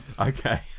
Okay